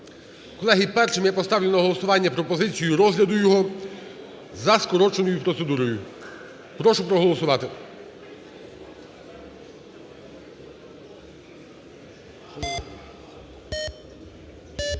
Колеги, першим я поставлю на голосування пропозицію розгляду його за скороченою процедурою. Прошу проголосувати.